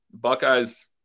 Buckeyes